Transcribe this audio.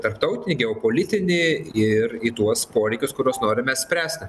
tarptautinį geopolitinį ir į tuos poreikius kuriuos norime spręsti